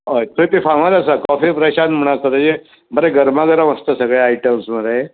हय थंय तें फामाद आसा कॉफी प्रशांत म्हण आसा तेचे बरे गरमा गरम आसता सगळे आयटम्स मरे